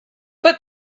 but